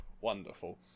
wonderful